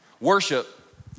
Worship